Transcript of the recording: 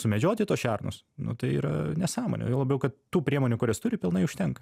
sumedžioti tuos šernus nu tai yra nesąmonė juo labiau kad tų priemonių kurias turi pilnai užtenka